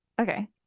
Okay